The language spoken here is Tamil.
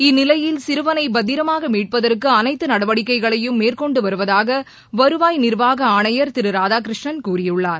இந்நிலையில் சிறுவனை பத்திரமாக மீட்பதற்கு அனைத்து நடவடிக்கைகளையும் மேற்கொன்டு வருவதாக வருவாய் நிர்வாக ஆணையர் திரு ராதாகிருஷ்ணன் கூறியுள்ளார்